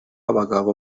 abagabo